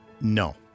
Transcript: No